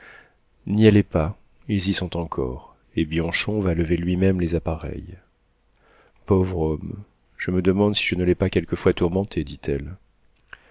n'y allez pas ils y sont encore et bianchon va lever lui-même les appareils pauvre homme je me demande si je ne l'ai pas quelquefois tourmenté dit-elle